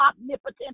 omnipotent